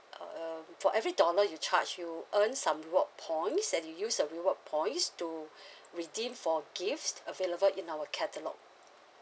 um for every dollar you charged you earn some reward points then you use your reward points to redeem for gifts available in our catalogue